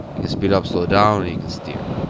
you can speed up, slow down, and you can steer.